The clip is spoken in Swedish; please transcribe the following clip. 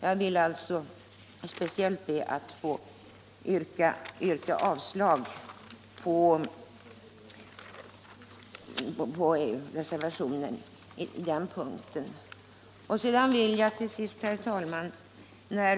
Jag vill alltså speciellt be att få understryka utskottets uttalande på den punkten.